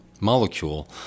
molecule